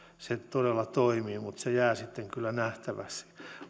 ne todella toimisivat mutta se jää sitten kyllä nähtäväksi